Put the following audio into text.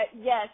yes